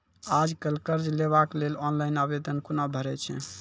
आज कल कर्ज लेवाक लेल ऑनलाइन आवेदन कूना भरै छै?